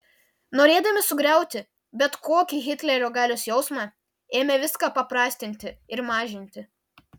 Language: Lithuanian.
norėdami sugriauti bet kokį hitlerio galios jausmą ėmė viską paprastinti ir mažinti